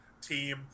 team